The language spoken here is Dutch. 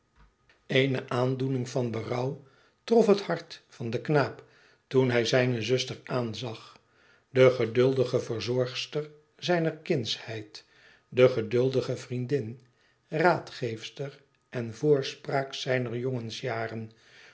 ene aandoening van berouw trof het hart van den knaap toen hij zijne zuster aanzag de geduldige verzorgster zijner kindsheid de geduldige vriendin raadgeefster en voorspraak zijner jongensjaren